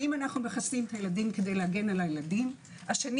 האם אנו מחסנים את הילדים כדי להגן על הילדים; השני